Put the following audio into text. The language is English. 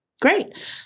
great